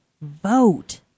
vote